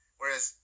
whereas